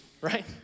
right